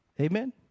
Amen